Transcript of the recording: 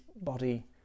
body